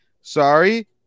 sorry